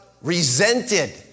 resented